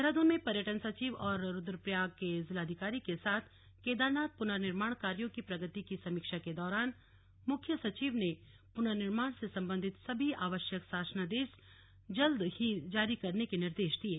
देहरादून में पर्यटन सचिव और रुद्रप्रयाग के जिलाधिकारी के साथ केदारनाथ पुनर्निर्माण कार्यो की प्रगति की समीक्षा के दौरान मुख्य सचिव ने पुनर्निर्माण से सम्बन्धित सभी आवश्यक शासनादेश जल्द जारी करने के निर्देश दिये